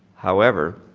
however,